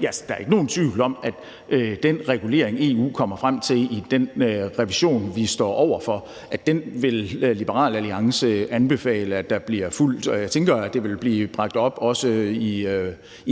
Der er ikke nogen tvivl om, at den regulering, EU kommer frem til i den revision, vi står over for, vil Liberal Alliance anbefale bliver fulgt. Og jeg tænker, at det vil blive bragt op også i